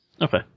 Okay